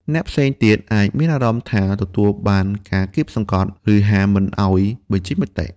អ្នកផ្សេងទៀតអាចមានអារម្មណ៍ថាទទួលបានការគាបសង្កត់ ឬហាមមិនឱ្យបញ្ចេញមតិ។